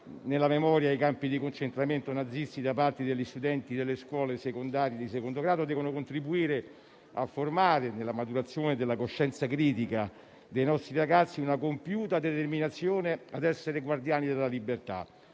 della memoria nei campi di concentramento nazisti da parte degli studenti delle scuole secondarie di secondo grado devono contribuire a formare, nella maturazione della coscienza critica dei nostri ragazzi, una compiuta determinazione a essere guardiani della libertà,